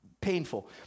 painful